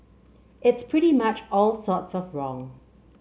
it's pretty much all sorts of wrong